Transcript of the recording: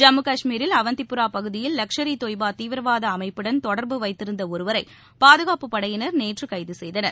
ஜம்மு காஷ்மீரில் அவந்திப்புரா பகுதியில் லஷ்கர் இ தொய்பா தீவிரவாத அமைப்புடன் தொடர்பு வைத்திருந்த ஒருவரை பாதுகாப்புப் படையினர் நேற்று கைது செய்தனர்